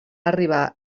arribar